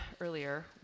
earlier